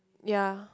ya